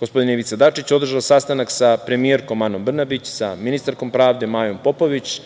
gospodin Ivica Dačić je održao sastanak sa premijerkom Anom Brnabić, sa ministarkom pravde Majom Popović,